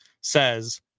says